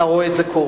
אתה רואה את זה קורה?